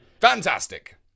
Fantastic